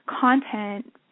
content